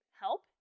help